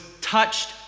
touched